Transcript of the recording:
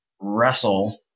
wrestle